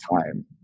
time